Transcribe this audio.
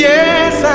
Yes